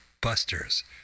Busters